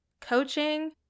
coaching